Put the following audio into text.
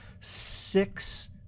six